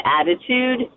attitude